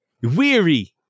weary